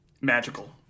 magical